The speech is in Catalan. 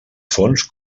fons